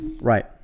Right